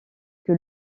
que